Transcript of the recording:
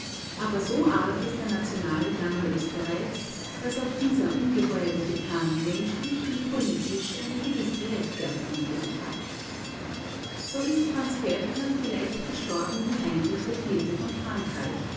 aber so arg ist der nationale jammer österreichs daß auch dieser ungeheuerliche plan menschlich und politisch eine gewisse rechtfertigung für sich hat so ist franz ferdinand vielleicht gestorben wie heinrich iv von frankreich